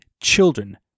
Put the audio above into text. children